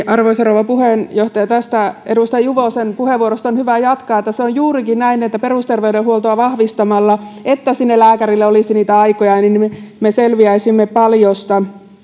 arvoisa rouva puheenjohtaja tästä edustaja juvosen puheenvuorosta on hyvä jatkaa että se on juurikin näin että perusterveydenhuoltoa vahvistamalla niin että sinne lääkärille olisi aikoja me selviäisimme paljosta